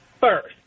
first